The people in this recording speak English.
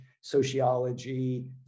Sociology